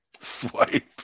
Swipe